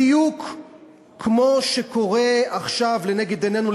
בדיוק כמו שקורה עכשיו לנגד עינינו,